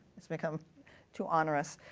it's become too onerous.